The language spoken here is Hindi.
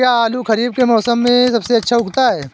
क्या आलू खरीफ के मौसम में सबसे अच्छा उगता है?